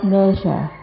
nature